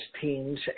teams